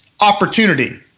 opportunity